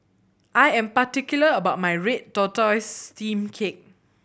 I am particular about my red tortoise steamed cake